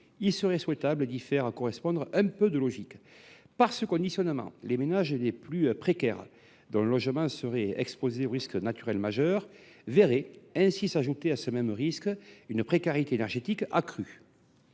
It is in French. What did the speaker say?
il serait souhaitable de faire preuve, en la matière, d’un peu de logique. De fait, par ce conditionnement, les ménages les plus précaires dont le logement serait exposé aux risques naturels majeurs verraient s’ajouter à ce risque une précarité énergétique accrue.